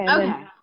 Okay